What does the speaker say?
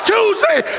Tuesday